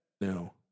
No